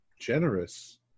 generous